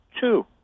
two